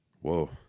whoa